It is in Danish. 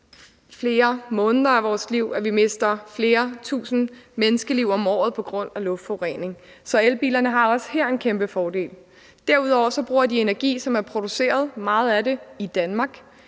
flere måneder af vores liv, at vi mister flere tusind menneskeliv om året på grund af luftforurening. Så elbilerne har også her en kæmpe fordel. Derudover bruger de energi, hvor meget af den er